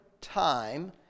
time